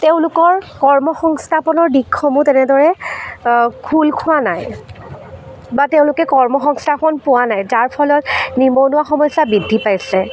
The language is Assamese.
তেওঁলোকৰ কৰ্মসংস্থাপনৰ দিশসমূহ তেনেদৰে খোল খোৱা নাই বা তেওঁলোকে কৰ্মসংস্থাপন পোৱা নাই যাৰ ফলত নিবনুৱা সমস্যা বৃদ্ধি পাইছে